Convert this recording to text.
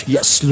Yes